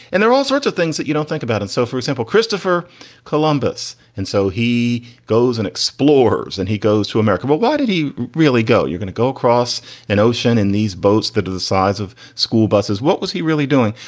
and there are all sorts of things that you don't think about. and so, for example, christopher columbus. and so he goes and explores and he goes to america. well, what did he really go? you're going to go across an ocean in these boats that are the size of school buses. what was he really doing?